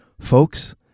Folks